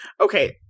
Okay